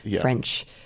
French